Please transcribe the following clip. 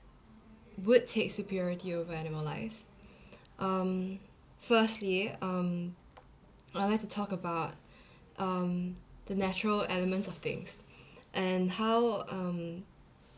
would take superiority over animal lives um firstly um I would like to talk about um the natural elements of things and how um